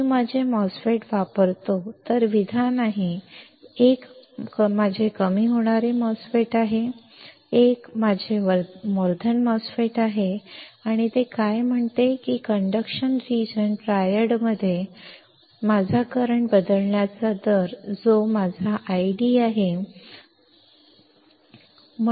मी माझे MOSFET वापरतो तर विधान आहे 1 माझे कमी होणारे MOSFET आहे 1 हे माझे वर्धन MOSFET आहे आणि ते काय म्हणते की कंडक्शन रीजन ट्रायड मध्ये कंडक्शन रिजन मध्ये माझा करंट बदलण्याचा दर जो माझा ID आहे जो माझ्या बदलाचा दर आहे